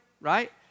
Right